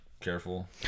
careful